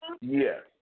Yes